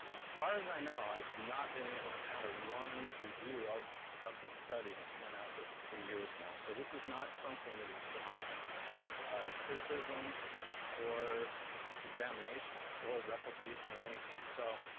as far as i know, i've not been able to encounter one review of of this study, and it's been out there for three years now. so this is not something that has drawn criticism or examination or replication or anything. so